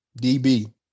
DB